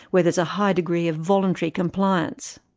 where there's a high degree of voluntary compliance.